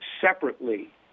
separately